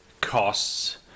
costs